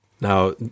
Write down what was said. Now